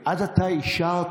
רגב, עד עתה אישרתי.